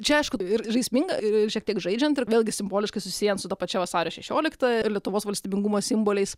čia aišku ir žaisminga ir šiek tiek žaidžiant ir vėlgi simboliškai susiejant su ta pačia vasario šešiolikta ir lietuvos valstybingumo simboliais